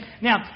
now